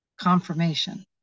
confirmation